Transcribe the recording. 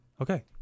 Okay